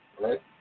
right